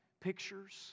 pictures